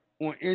on